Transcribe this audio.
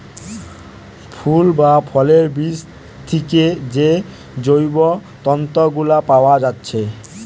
ফুল বা ফলের বীজ থিকে যে জৈব তন্তু গুলা পায়া যাচ্ছে